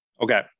Okay